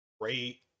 great